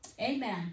Amen